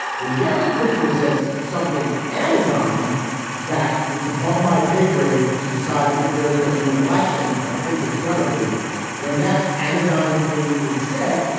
when jared kushner says something anodyne that it's above my pay grade to decide if there is going to be an election. but i think there's going to be when that anodyne thing is said,